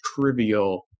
trivial